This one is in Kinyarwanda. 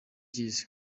cy’isi